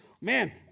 man